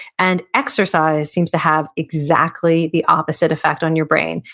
and exercise seems to have exactly the opposite effect on your brain,